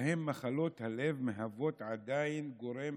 שבהן מחלות הלב הן עדיין גורם